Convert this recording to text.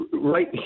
Right